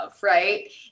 Right